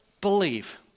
believe